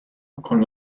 con